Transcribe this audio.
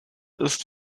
ist